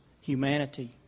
humanity